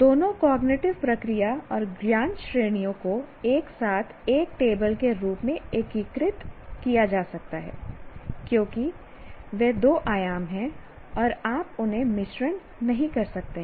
दोनों कॉग्निटिव प्रक्रिया और ज्ञान श्रेणियों को एक साथ एक टेबल के रूप में एकीकृत किया जा सकता है क्योंकि वे दो आयाम हैं और आप उन्हें मिश्रण नहीं कर सकते हैं